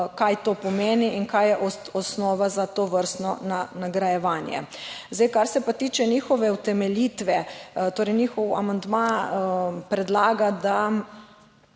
kaj to pomeni in kaj je osnova za tovrstno nagrajevanje. Zdaj, kar se pa tiče njihove utemeljitve. Torej njihov amandma predlaga, da